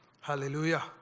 Hallelujah